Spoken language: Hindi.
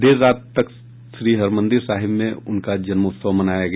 देर रात तख्तश्री हरिमंदिर साहिब में उनका जन्मोत्सव मनाया गया